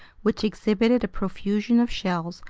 which exhibited a profusion of shells,